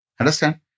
Understand